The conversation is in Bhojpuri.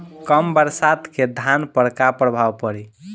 कम बरसात के धान पर का प्रभाव पड़ी?